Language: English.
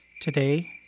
Today